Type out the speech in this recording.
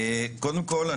קודם כל,